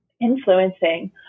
influencing